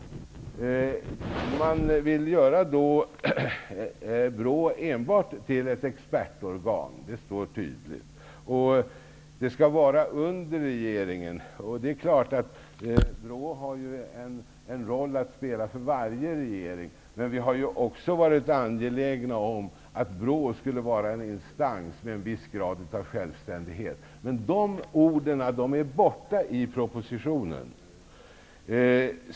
Man vill göra BRÅ till enbart ett expertorgan. Det står tydligt. Det skall lyda under regeringen. BRÅ har självfallet en roll att spela för varje regering. Men vi har ju också varit angelägna att BRÅ skulle vara en instans med en viss grad av självständighet. Men de orden saknas i propositionen.